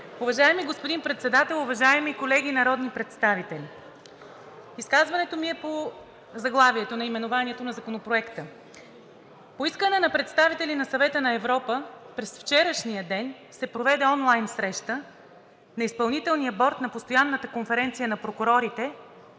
Уважаеми господин Председател, уважаеми колеги народни представители! Изказването ми е по заглавието, наименованието на Законопроекта. По искане на представители на Съвета на Европа през вчерашния ден се проведе онлайн среща на Изпълнителния борд на Постоянната конференция на прокурорите,